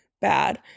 bad